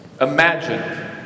Imagine